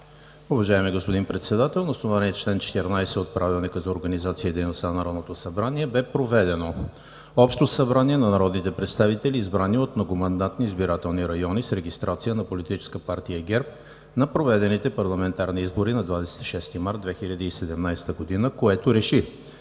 „Уважаеми господин Председател, на основание чл. 14 от Правилника за организацията и дейността на Народното събрание бе проведено Общо събрание на народните представители, избрани от многомандатни избирателни райони с регистрация на Политическа партия ГЕРБ на проведените парламентарни избори на 26 март 2017 г., което